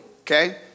okay